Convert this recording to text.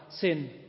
sin